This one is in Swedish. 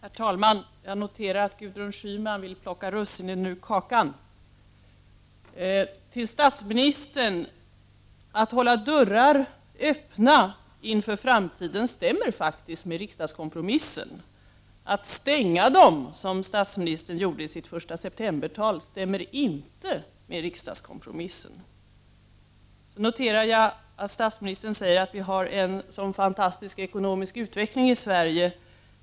Herr talman! Jag noterar att Gudrun Schyman vill plocka russinen ur kakan. Till statsministern vill jag säga: Att hålla dörrar öppna inför framtiden överensstämmer faktiskt med riksdagskompromissen. Men att stänga dem, som statsministern gjorde i sitt tal den 1 september, överensstämmer inte med riksdagskompromissen. Vidare noterar jag att statsministern säger att vi har en så fantastisk ekonomisk utveckling i Sverige.